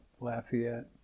Lafayette